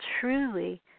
truly